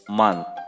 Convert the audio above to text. month